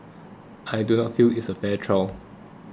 I do not feel it's a fair trial